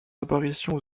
apparitions